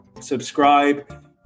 subscribe